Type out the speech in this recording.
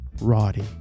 Roddy